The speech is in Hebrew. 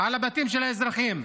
על הבתים של האזרחים.